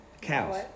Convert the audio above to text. Cows